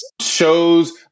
Shows